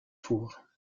four